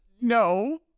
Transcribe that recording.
no